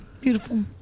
beautiful